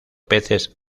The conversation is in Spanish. peces